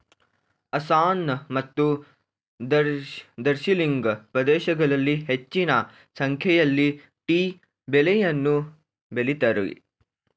ಅಸ್ಸಾಂ ಮತ್ತು ಡಾರ್ಜಿಲಿಂಗ್ ಪ್ರದೇಶಗಳಲ್ಲಿ ಹೆಚ್ಚಿನ ಸಂಖ್ಯೆಯಲ್ಲಿ ಟೀ ಬೆಳೆಯನ್ನು ಬೆಳಿತರೆ